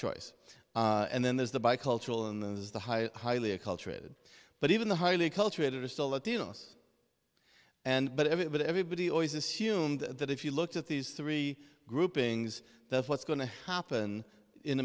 choice and then there's the bi cultural and then there's the high highly acculturated but even the highly cultivated are still latinos and but everybody everybody always assumed that if you look at these three groupings that's what's going to happen in